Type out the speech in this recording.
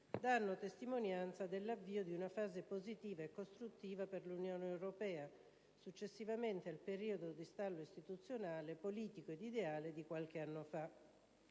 danno testimonianza dell'avvio di una fase positiva e costruttiva per l'Unione europea, successivamente al periodo di stallo istituzionale, politico e ideale di qualche anno fa.